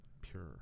pure